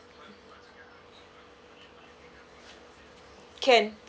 can